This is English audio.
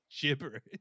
gibberish